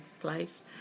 place